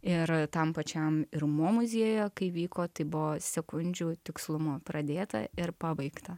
ir tam pačiam ir mo muziejuje kai vyko tai buvo sekundžių tikslumu pradėta ir pabaigta